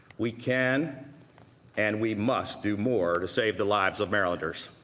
we can and we must do more to save the lives of marylanders.